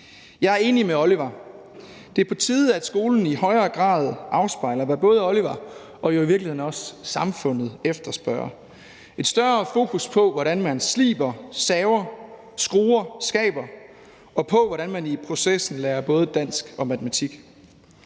Jeg er enig med Oliver. Det er på tide, at skolen i højere grad afspejler, hvad både Oliver og jo i virkeligheden også samfundet efterspørger: et større fokus på, hvordan man sliber, saver, skruer, skaber, og på, hvordan man i processen lærer både dansk og matematik.